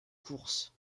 courses